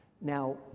Now